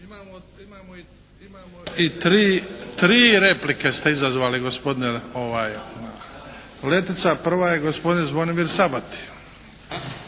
i tri replike ste izazvali gospodine Letica. Prva je gospodin Zvonimir Sabati.